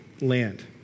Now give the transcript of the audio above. land